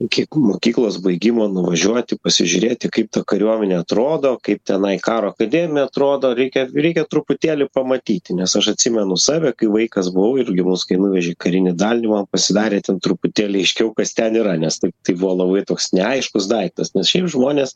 iki mokyklos baigimo nuvažiuoti pasižiūrėti kaip ta kariuomenė atrodo kaip tenai karo akademija atrodo reikia reikia truputėlį pamatyti nes aš atsimenu save kai vaikas buvau irgi mus kai nuvežė į karinį dalinį man pasidarė ten truputėlį aiškiau kas ten yra nes taip tai buvo labai toks neaiškus daiktas nes šiaip žmonės